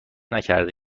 نکرده